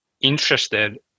interested